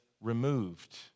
removed